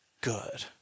good